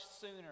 sooner